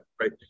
Right